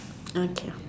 okay